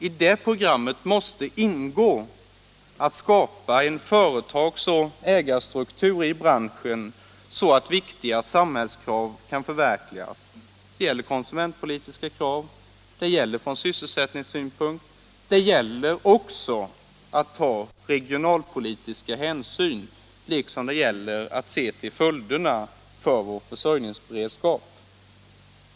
I det programmet måste ingå att skapa en sådan företagsoch ägarstruktur i branschen att viktiga samhällskrav kan förverkligas. Man måste ta hänsyn till konsumentpolitiska krav, till de krav som kan ställas från sysselsättningspolitisk synpunkt, till regionalpolitiska konsekvenser och till följderna för vår försörjningsberedskap.